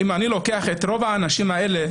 אם אני לוקח את רוב האנשים האלה,